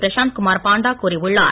பிரசாந்த் குமார் பாண்டா கூறியுள்ளார்